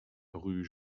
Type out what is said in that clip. rue